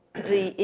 the in,